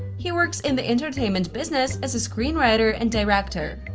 he works in the entertainment business as a screenwriter and director.